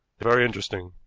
very interesting,